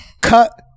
Cut